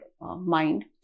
mind